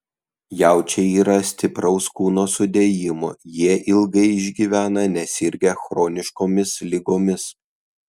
jaučiai yra stipraus kūno sudėjimo jie ilgai išgyvena nesirgę chroniškomis ligomis